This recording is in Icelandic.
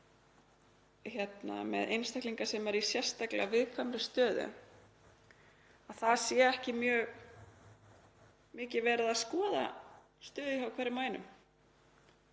með einstaklinga sem eru í sérstaklega viðkvæmri stöðu, að það sé ekki mjög mikið verið að skoða stöðuna hjá hverjum